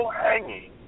hanging